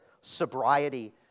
sobriety